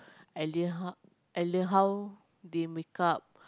I learn how I learn how they makeup